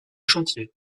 chantiez